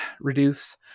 reduce